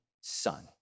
son